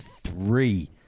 three